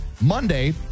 Monday